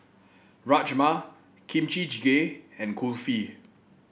Rajma Kimchi Jjigae and Kulfi